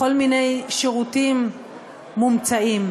לכל מיני שירותים מומצאים.